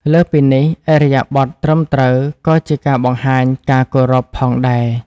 លើសពីនេះ ឥរិយាបថត្រឹមត្រូវក៏ជាការបង្ហាញ ការគោរព ផងដែរ។